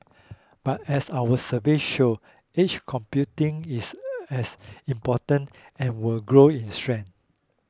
but as our survey show edge computing is as important and will grow in strength